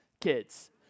kids